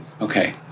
Okay